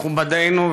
מכובדינו,